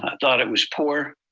and thought it was poor.